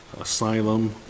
Asylum